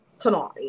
tonight